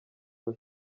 ngo